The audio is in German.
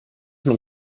man